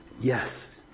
yes